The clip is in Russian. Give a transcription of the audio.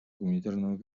гуманитарного